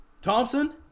Thompson